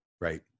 Right